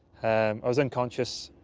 um, i was unconscious,